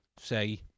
say